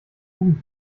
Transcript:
tugend